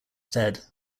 stead